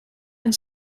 and